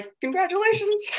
congratulations